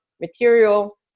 material